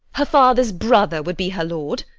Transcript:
her father's brother would be her lord?